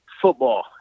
football